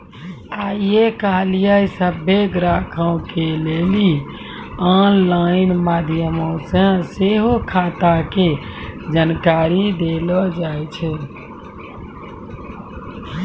आइ काल्हि सभ्भे ग्राहको के लेली आनलाइन माध्यमो से सेहो खाता के जानकारी देलो जाय छै